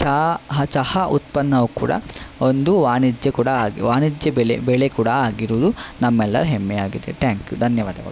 ಚ ಚಹಾ ಉತ್ಪನ್ನವು ಕೂಡ ಒಂದು ವಾಣಿಜ್ಯ ಕೂಡ ಆಗಿದೆ ವಾಣಿಜ್ಯ ಬೆಲೆ ಬೆಳೆ ಕೂಡ ಆಗಿರೋದು ನಮ್ಮೆಲ್ಲರ ಹೆಮ್ಮೆ ಆಗಿದೆ ಟ್ಯಾಂಕ್ ಯು ಧನ್ಯವಾದಗಳು